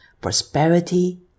prosperity